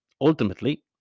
Ultimately